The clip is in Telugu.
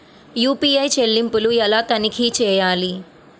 యూ.పీ.ఐ చెల్లింపులు ఎలా తనిఖీ చేయాలి?